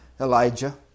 Elijah